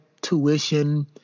tuition